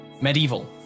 Medieval